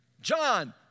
John